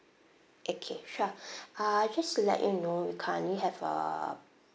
okay sure uh just to let you know we currently have a